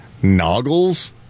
Noggles